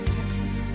Texas